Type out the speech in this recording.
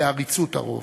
לעריצות הרוב.